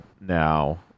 now